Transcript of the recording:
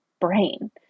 brain